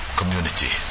community